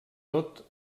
tot